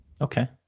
Okay